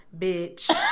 bitch